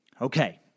Okay